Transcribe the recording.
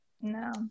No